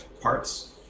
parts